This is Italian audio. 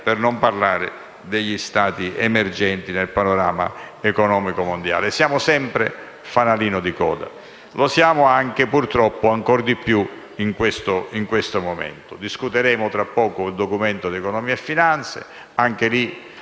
per non parlare degli Stati emergenti nel panorama economico mondiale. Siamo sempre fanalino di coda e lo siamo ancora di più, purtroppo, in questo momento. Discuteremo tra poco il Documento di economia e finanza e anche in